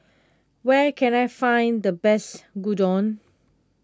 where can I find the best Gyudon